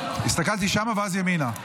הסתכלתי שמה ואז ימינה.